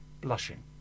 blushing